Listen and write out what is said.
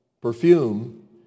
perfume